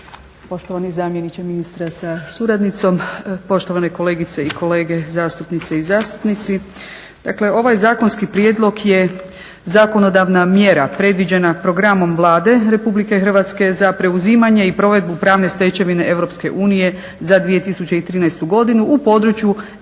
poštovani zamjeniče ministra sa suradnicom, poštovane kolegice i kolege zastupnice i zastupnici. Dakle, ovaj zakonski prijedlog je zakonodavna mjera predviđena programom Vlade Republike Hrvatske za preuzimanje i provedbu pravne stečevine EU za 2013. godinu u području